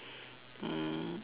mm